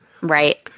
right